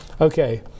Okay